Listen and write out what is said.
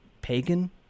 pagan